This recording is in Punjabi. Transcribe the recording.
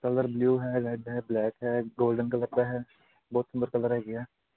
ਕਲਰ ਬਲੂ ਹੈਗਾ ਬਲੈਕ ਐ ਗੋਲਡਨ ਕਲਰ ਹੈ ਬਹੁਤ ਸੁੰਦਰ ਕਲਰ ਹੈ ਆ